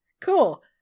Cool